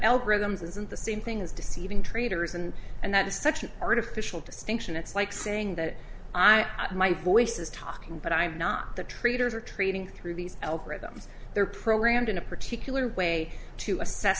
algorithms isn't the same thing as deceiving traders and and that is such an artificial distinction it's like saying that i my voice is talking but i'm not the traders are trading through these algorithms they're programmed in a particular way to assess